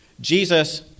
Jesus